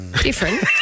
Different